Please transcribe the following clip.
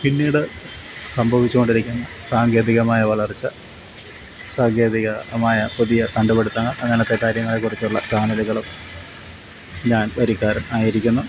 പിന്നീട് സംഭവിച്ചുകൊണ്ടിരിക്കുന്ന സാങ്കേതികമായ വളര്ച്ച സാങ്കേതികമായ പുതിയ കണ്ടുപിടിത്തങ്ങള് അങ്ങനെത്തെ കാര്യങ്ങളെക്കുറിച്ചുള്ള ചാനല്കളും ഞാന് വരിക്കാരന് ആയിരിക്കുന്നു